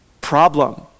problem